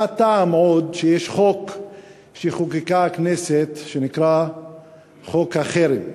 מה הטעם עוד בחוק שחוקקה הכנסת ואשר נקרא "חוק החרם"?